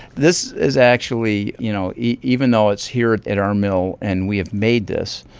this is actually, you know, even though it's here at our mill and we have made this,